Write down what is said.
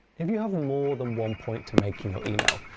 if you have more than one point to make in your email,